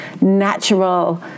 natural